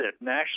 national